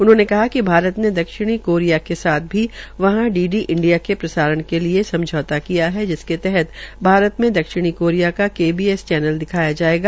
उन्होंने कहा कि भारत ने दक्षिणी कोरिया के साथ भी वहां डी डी इंडिया के प्रसारण के लिये समझौता किया है जिसके तहत भारत मे दक्षिणी कोरिया का केबीएस चैन्ल दिखाया जायेगा